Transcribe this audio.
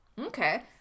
Okay